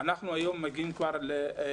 אנחנו היום מגיעים לאלפים.